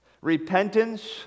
Repentance